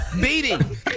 beating